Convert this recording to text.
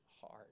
heart